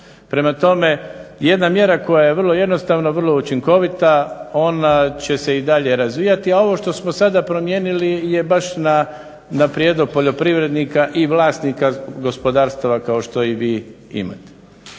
Prema tome, jedna mjera koja je vrlo jednostavna, vrlo učinkovita ona će se i dalje razvijati, a ovo što smo sada promijenili je baš na prijedlog poljoprivrednika i vlasnika gospodarstava kao što i vi imate.